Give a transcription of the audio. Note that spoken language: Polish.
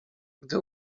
gdy